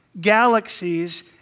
galaxies